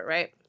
Right